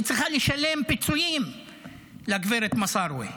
היא צריכה לשלם פיצויים לגברת מסארווה.